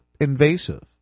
invasive